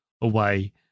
away